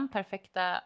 Perfekta